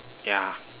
ya